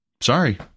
Sorry